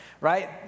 right